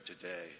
today